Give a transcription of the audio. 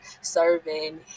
serving